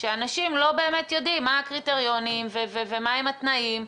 שאנשים לא באמת יודעים מה הקריטריונים ומה הם התנאים.